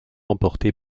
emporté